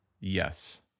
Yes